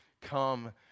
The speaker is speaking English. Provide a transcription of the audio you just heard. Come